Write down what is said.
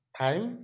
time